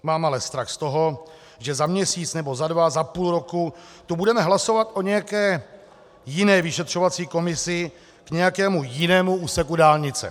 Mám ale strach z toho, že za měsíc nebo za dva, za půl roku tu budeme hlasovat o nějaké jiné vyšetřovací komisi k nějakému jinému úseku dálnice.